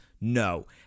No